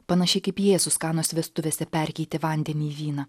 panašiai kaip jėzus kanos vestuvėse perkeitė vandenį į vyną